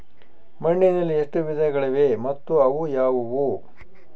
ಮಣ್ಣಿನಲ್ಲಿ ಎಷ್ಟು ವಿಧಗಳಿವೆ ಮತ್ತು ಅವು ಯಾವುವು?